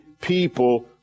people